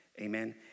Amen